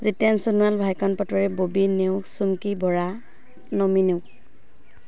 Jiten Sonowal Bhaikon Patowary Bobby Neog Chumki Bora Nami Neog